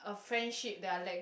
a friendship that I let